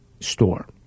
store